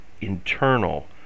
internal